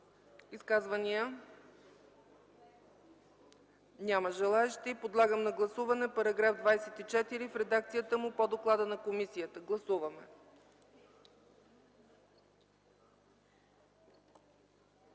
Изказвания? Няма желаещи. Подлагам на гласуване § 24 в редакцията му по доклада на комисията. Гласували